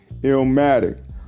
Ilmatic